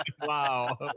wow